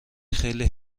خیلی